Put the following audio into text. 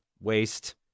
waste